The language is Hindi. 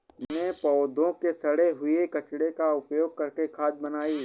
मैंने पौधों के सड़े हुए कचरे का उपयोग करके खाद बनाई